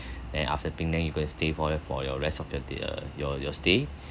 and after penang you gonna stay for your for your rest of your day err your your stay